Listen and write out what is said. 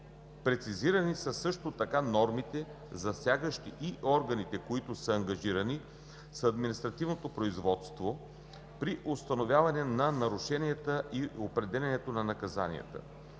Прецизирани са също така нормите, засягащи и органите, които са ангажирани с административното производство при установяването на нарушенията и определянето на наказанията.